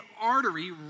artery